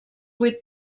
vuit